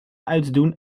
uitdoen